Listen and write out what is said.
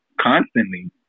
constantly